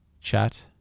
chat